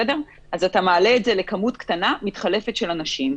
אז אתה מעלה את זה לכמות קטנה, מתחלפת, של אנשים.